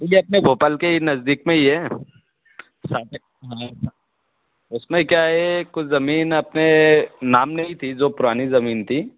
ये अपने भोपाल के नज़दीक में ही है सामने उसमें क्या हे कुछ ज़मीन अपने नाम नहीं थी जो पुरानी ज़मीन थी